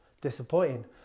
disappointing